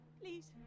Please